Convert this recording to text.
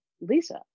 Lisa